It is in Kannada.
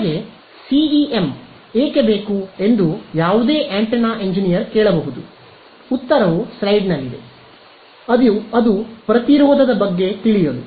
ನಮಗೆ ಸಿಇಎಂ ಏಕೆ ಬೇಕು ಎಂದ ರೆ ಪ್ರತಿರೋಧದ ಬಗ್ಗೆ ತಿಳಿಯಲು